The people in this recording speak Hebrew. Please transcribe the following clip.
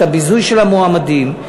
את הביזוי של המועמדים,